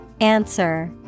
Answer